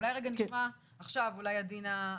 אולי רגע נשמע עכשיו את עדינה,